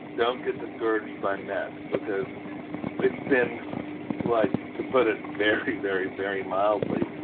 don't get discouraged by mass because it's been like to put it very, very, very mildly,